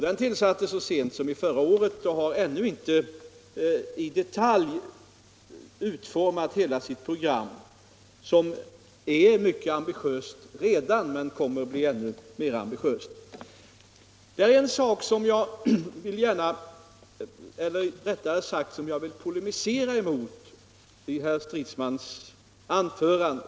Den tillsattes så sent som förra året och har ännu inte i detalj utformat hela sitt program, ett program som redan är mycket ambitiöst men som kommer att bli ännu mer ambitiöst. Det är en sak som jag vill polemisera mot i herr Stridsmans anförande.